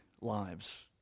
lives